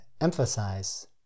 emphasize